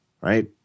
right